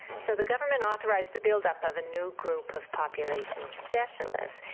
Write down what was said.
so the government authorised the build-up of a new group of population specialists,